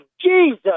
Jesus